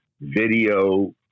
video